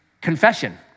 confession